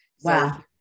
Wow